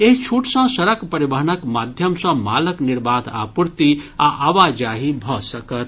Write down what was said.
एहि छूट सॅ सड़क परिवहनक माध्यम सॅ मालक निर्बाध आपूर्ति आ आवाजाही भऽ सकत